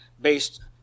based